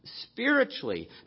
spiritually